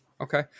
Okay